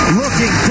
looking